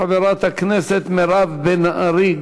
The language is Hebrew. חברת הכנסת מירב בן ארי,